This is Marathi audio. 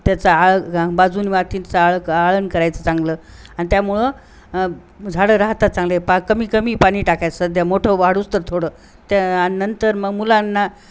त्याचा आळ बाजून वातींचं आळ आळन करायचं चांगलं आणि त्यामुळं झाडं राहतात चांगले पा कमी कमी पाणी टाकायच सध्या मोठं वाढोस्तर थोडं त्या नंतर मग मुलांना